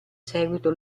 seguito